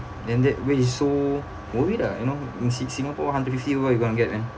then that which is so worth it lah you know in sing~ singapore hundred fifty what you gonna get man